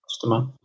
customer